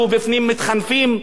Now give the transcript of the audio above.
זו לא אחריות ציבורית,